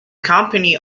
company